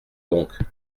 donc